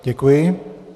Děkuji.